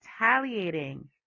retaliating